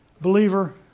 believer